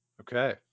Okay